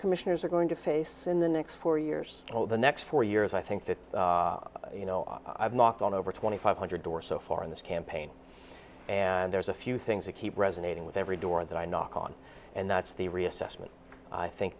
commissioners are going to face in the next four years you know the next four years i think that you know i've knocked on over twenty five hundred or so far in this campaign and there's a few things that keep resonating with every door that i knock on and that's the reassessment i think